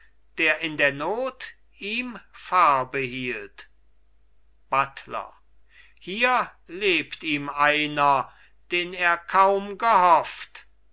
der in der not ihm farbe hielt buttler hier lebt ihm einer den er kaum gehofft